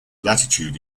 latitude